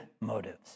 motives